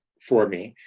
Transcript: for me.